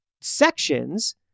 sections